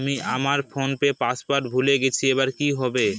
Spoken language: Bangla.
আমি আমার ফোনপের পাসওয়ার্ড ভুলে গেছি এবার কি হবে?